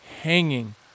hanging